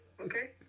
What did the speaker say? Okay